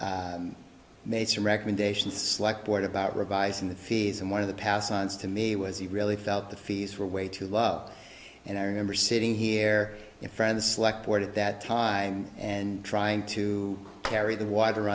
had made some recommendations slack board about revising the fees and one of the pass ons to me was he really felt the fees were way to love and i remember sitting here in from the select board at that time and trying to carry the water